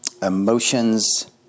Emotions